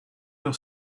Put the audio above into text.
your